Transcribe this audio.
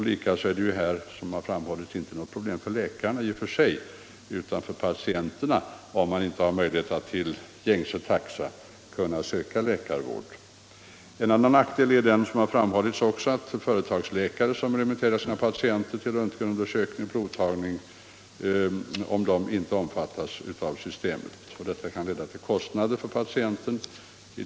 Likaså är det, vilket också framhållits, i och för sig inte något problem för läkarna utan för patienterna, om man inte har möjlighet att till gängse taxa söka läkarvård. En annan nackdel som framhållits är att om företagsläkare som remitterar sina patienter till röntgenundersökning eller provtagning inte omfattas av systemet så kan detta leda till kostnader för patienten.